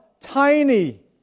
tiny